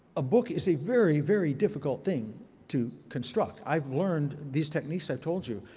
a book is a very, very difficult thing to construct. i've learned these techniques i've told you.